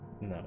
No